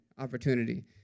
opportunity